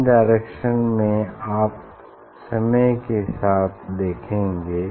इन direction में आप समय के साथ देखेंगे